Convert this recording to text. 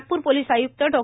Nagpur police आय्क्त डॉ